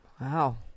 Wow